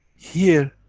here